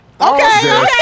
Okay